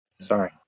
Sorry